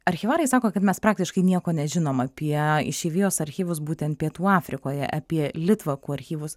archyvarai sako kad mes praktiškai nieko nežinom apie išeivijos archyvus būtent pietų afrikoje apie litvakų archyvus